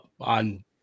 on